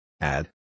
Add